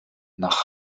nach